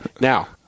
Now